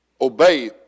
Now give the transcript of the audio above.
obey